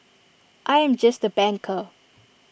I am just A banker